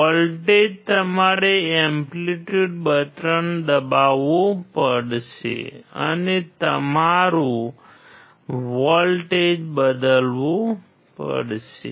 voltage તમારે amplitude button દબાવવું પડશે અને પછી તમારું વોલ્ટેજ બદલવું પડશે